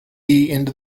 into